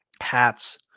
hats